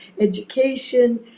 education